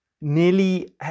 Nearly